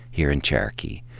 here in cherokee.